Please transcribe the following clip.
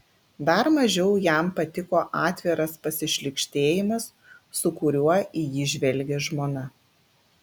dar mažiau jam patiko atviras pasišlykštėjimas su kuriuo į jį žvelgė žmona